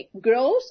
grows